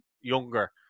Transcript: younger